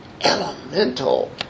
elemental